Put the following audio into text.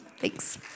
Thanks